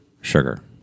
sugar